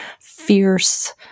fierce